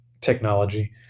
technology